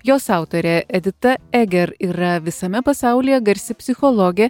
jos autorė edita eger yra visame pasaulyje garsi psichologė